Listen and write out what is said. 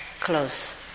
close